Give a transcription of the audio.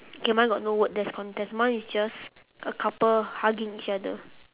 okay mine got no word there's contest mine is just a couple hugging each other